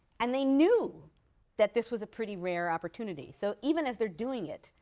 and they knew that this was a pretty rare opportunity. so even as they're doing it,